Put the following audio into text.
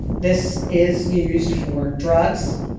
this is used for drugs,